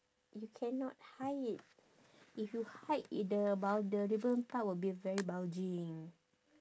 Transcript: you cannot hide it if you hide it the bul~ the ribbon part will be very bulging